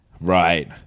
Right